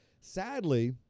sadly